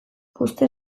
puzte